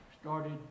started